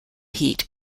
heat